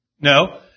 No